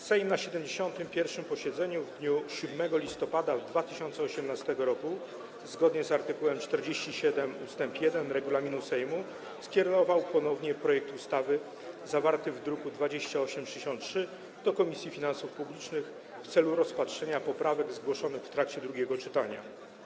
Sejm na 71. posiedzeniu w dniu 7 listopada 2018 r., zgodnie z art. 47 ust. 1 regulaminu Sejmu skierował ponownie projekt ustawy zawarty w druku nr 2863 do Komisji Finansów Publicznych w celu rozpatrzenia poprawek zgłoszonych w trakcie drugiego czytania.